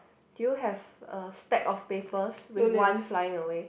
do you have a stack of papers with one flying away